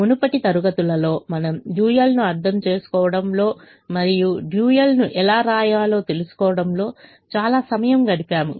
మునుపటి తరగతులలో మనము డ్యూయల్ ను అర్థం చేసుకోవడంలో మరియు డ్యూయల్ ను ఎలా రాయాలో తెలుసుకోవడంలో చాలా సమయం గడిపాము